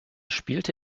spielte